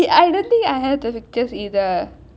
I don't think I have the pictures either